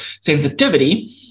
sensitivity